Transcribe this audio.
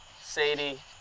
Sadie